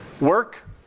work